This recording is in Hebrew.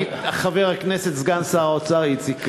חבר הכנסת סגן שר האוצר איציק כהן.